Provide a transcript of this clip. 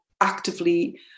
actively